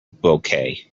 bouquet